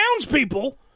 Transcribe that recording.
townspeople